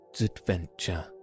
Adventure